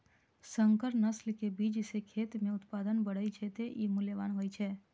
संकर नस्ल के बीज सं खेत मे उत्पादन बढ़ै छै, तें ई मूल्यवान होइ छै